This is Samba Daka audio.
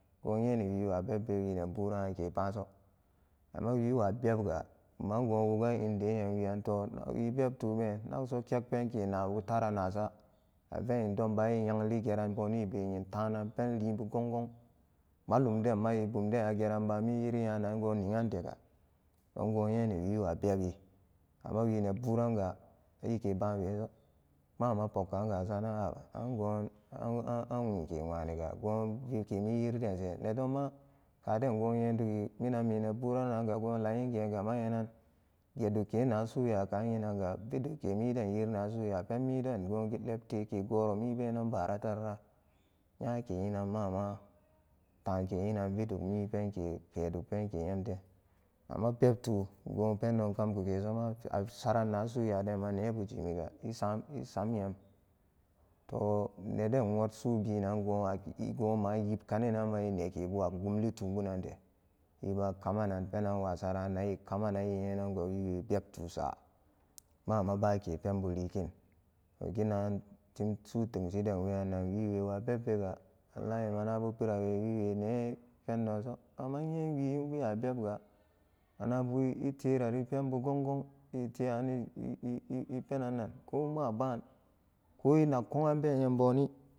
Go nyeniwiwa bebbe wi ne buran ake baso amma wiwa bebga buman go wugan inde nyem wiyanto wi bebtube nakso kek penke naabu tura naasa ave in domba e yengli geran boni ebe intanan penlibu gong gong malum denma a bumden a mi nyiri nyanan go ningan dega dongo nyene wiwa bebi amma wi neburanga eke baweso amma pogkaga asaranan haba angon an-an nwuke nwaniga go vike mi nyiri dense nedonma kaden ko nyedukwe minan me neburanana go layin gegama nyenan gedukke nasunya yenanga vidukkemi nyiridenna suya penmide gon ge lebtege gom mi benan baara taarara nyake inan ma'ama take inan viduk mi penke peduk nyemte amma bebtu go pendon kamkukesoma ate asaranna suya denma nebu jimiga esam-esam nyem to neden wot su'ubinan gon wa goma yibkaninan ma e nekebu agumlitubunante eba kamanan penanwa saranan ekamanan ewe nyenango wiwe bebtusa ma'ama bake penbu likin to ginagan tim su tenshiden weyan wiwiwa bebbega wakati manabu pirawe wiwene pensonso amma inye inbewa bebga manabu terari penbu gong gong e-e-e penannan ko maba ko inag go'anbe nyem bori.